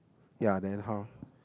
ya then how